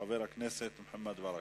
חבר הכנסת מוחמד ברכה,